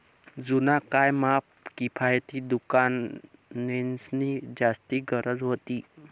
जुना काय म्हा किफायती दुकानेंसनी जास्ती गरज व्हती